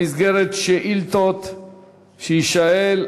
במסגרת שאילתות שיישאל,